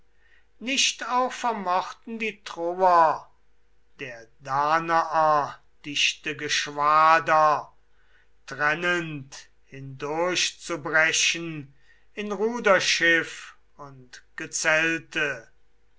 nicht auch vermochten die troer der danaer dichte geschwader trennend hindurchzubrechen in ruderschiff und gezelte